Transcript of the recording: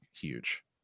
huge